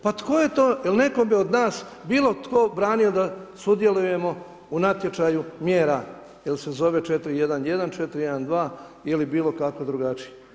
Pa tko je to, jel' netko bi od nas bilo tko branio da sudjelujemo u natječaju mjera jel' se zove 4.1.1., 4.1.2. ili bilo kako drugačije?